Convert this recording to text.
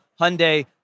Hyundai